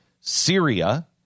Syria